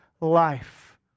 life